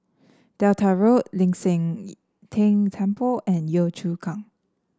Delta Road Ling San Teng Temple and Yio Chu Kang